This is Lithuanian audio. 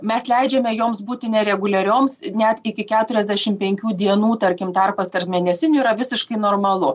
mes leidžiame joms būti nereguliarioms net iki keturiasdešim penkių dienų tarkim tarpas tarp mėnesinių yra visiškai normalu